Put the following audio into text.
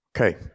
okay